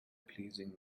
pleasing